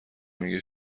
میگه